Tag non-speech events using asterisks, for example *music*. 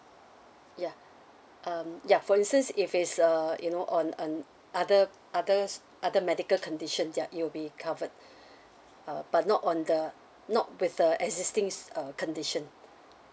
ya um ya for instance if it's uh you know on um other other other medical conditions ya it'll be covered *breath* uh but not on the not with the existing uh condition